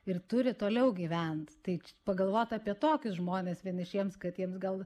ir turi toliau gyvent tai pagalvot apie tokius žmones vienišiems kad jiems gal